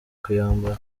kuyambara